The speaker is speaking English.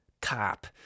cop